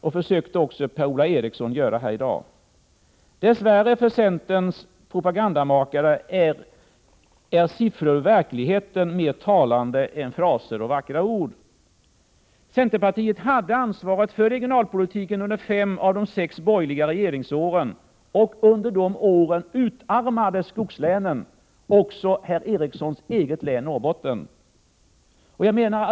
Det försökte även Per-Ola Eriksson göra i dag. Till centerns propagandamakare måste jag dess värre säga att siffror ur verkligheten är mera talande än fraser och vackra ord. Centerpartiet hade ansvaret för regionalpolitiken under fem av de sex borgerliga regeringsåren. Under dessa år utarmades skogslänen — även herr Erikssons eget län Norrbotten.